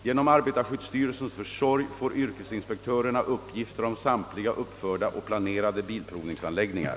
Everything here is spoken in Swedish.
Genom arbetarskyddsstyrelsens försorg får yrkesinspektörerna uppgifter om samtliga uppförda och planerade bilprovningsanläggningar.